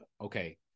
okay